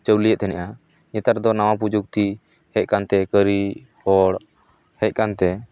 ᱪᱟᱣᱞᱮᱭᱮᱫ ᱛᱟᱦᱮᱱᱟ ᱱᱮᱛᱟᱨ ᱫᱚ ᱱᱟᱣᱟ ᱯᱨᱚᱡᱩᱠᱛᱤ ᱦᱮᱡ ᱟᱠᱟᱱ ᱛᱮ ᱠᱟᱹᱨᱤ ᱦᱚᱲ ᱦᱮᱡ ᱟᱠᱟᱱ ᱛᱮ